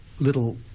little